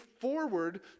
forward